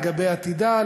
לגבי עתידה,